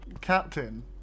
Captain